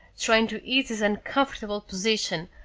trying to ease his uncomfortable position,